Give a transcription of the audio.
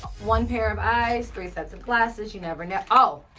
one pair of eyes, three sets of glasses. you never know. oh,